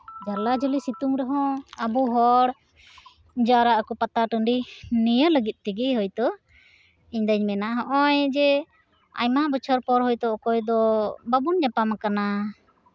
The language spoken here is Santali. ᱡᱷᱟᱨᱞᱟ ᱡᱷᱟᱨᱞᱤ ᱥᱤᱛᱩᱝ ᱨᱮᱦᱚᱸ ᱟᱵᱚ ᱦᱚᱲ ᱡᱟᱣᱨᱟᱜ ᱟᱠᱚ ᱯᱟᱛᱟ ᱴᱟᱹᱰᱤ ᱱᱤᱭᱟᱹ ᱞᱟᱹᱜᱤᱫ ᱛᱮᱜᱮ ᱦᱚᱭᱛᱳ ᱤᱧᱫᱩᱧ ᱢᱮᱱᱟ ᱱᱚᱜᱼᱚᱭ ᱡᱮ ᱟᱭᱢᱟ ᱵᱚᱪᱷᱚᱨ ᱯᱚᱨ ᱦᱚᱭᱛᱳ ᱚᱠᱚ ᱭ ᱫᱚ ᱵᱟᱵᱚᱱ ᱧᱟᱯᱟᱢ ᱟᱠᱟᱱᱟ